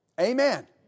Amen